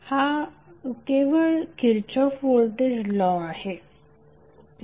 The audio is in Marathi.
हा केवळ Kirchhoff voltage law Kirchoff's voltage law आहे